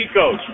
coach